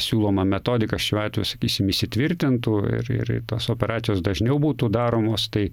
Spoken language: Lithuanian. siūloma metodika šiuo atveju sakysim įsitvirtintų ir ir tos operacijos dažniau būtų daromos tai